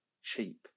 sheep